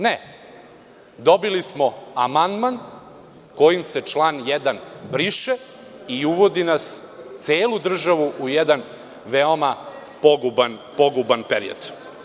Ne, dobili smo amandman kojim se član 1. briše i uvodi nas, celu državu, u jedan veoma poguban period.